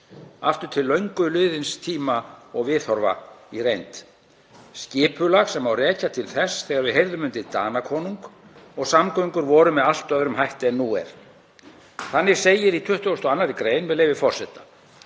aftur til löngu liðins tíma og viðhorfa í reynd; skipulag sem má rekja til þess þegar við heyrðum undir Danakonung og samgöngur voru með allt öðrum hætti en nú er. Þannig segir í 22. gr., með leyfi forseta: